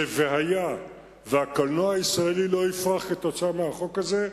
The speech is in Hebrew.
והיה והקולנוע הישראלי לא יפרח עקב חקיקת החוק הזה,